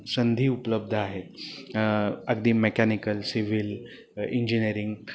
संधी उपलब्ध आहे अगदी मेकॅनिकल सिव्हिल इंजिनिअरिंग